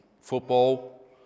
football